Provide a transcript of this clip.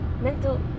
mental